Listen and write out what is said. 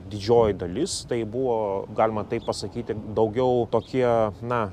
didžioji dalis tai buvo galima taip pasakyti daugiau tokie na